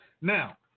Now